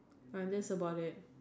uh that's about it